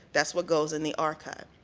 that's what goes in the archive.